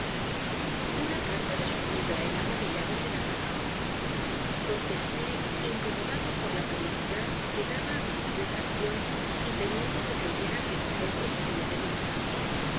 una carta de su amiga el ama de llaves de la granja contesté incomodado por la publicidad que daba a mi discreta acción y temiendo que creyera que el papel procedía de mí